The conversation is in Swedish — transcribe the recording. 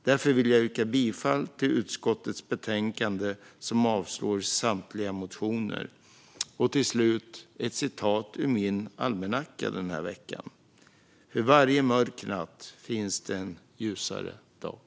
Jag vill därför yrka bifall till utskottets förslag i betänkandet som avslår samtliga motioner. Till slut vill jag delge ett citat ur min almanacka den här veckan: "För varje mörk natt finns det en ljusare dag."